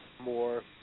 more